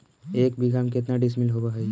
एक बीघा में केतना डिसिमिल होव हइ?